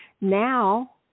Now